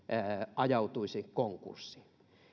ajautuisi konkurssiin